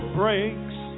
breaks